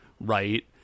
right